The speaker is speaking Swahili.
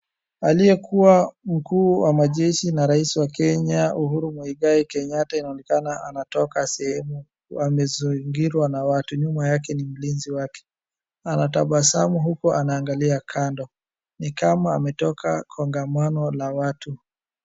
Aliyekuwa mkuu wa majeshi na rais wa Kenya Mzee Uhuru Mweigai Kenyatta inaonekana ametoka sehemu amezingirwa na watu nyuma yake ni askari wake . Anatabasamu huku akiangalia kando. Ni kama ametoka kongamano la watu.